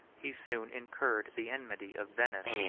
he soon incurred the enmity of venice.